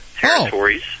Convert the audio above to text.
territories